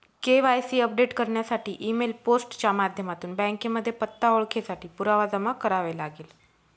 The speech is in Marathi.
के.वाय.सी अपडेट करण्यासाठी ई मेल, पोस्ट च्या माध्यमातून बँकेमध्ये पत्ता, ओळखेसाठी पुरावा जमा करावे लागेल